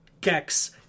Gex